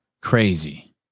Crazy